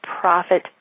profit